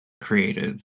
creative